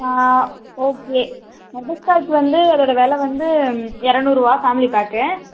okay butterscotch வந்து அதோட வில வந்து இறநூறுவா ஃபேமிலி பேக்கு